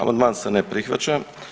Amandman se ne prihvaća.